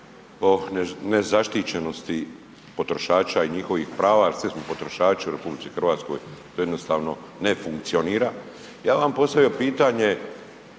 o nezaštićenosti potrošača i njihovih prava jel svi smo potrošači u RH to jednostavno ne funkcionira. Ja bih vam postavio pitanje